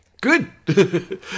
good